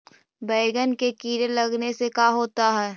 बैंगन में कीड़े लगने से का होता है?